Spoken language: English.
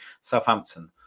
Southampton